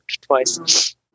twice